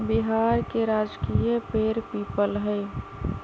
बिहार के राजकीय पेड़ पीपल हई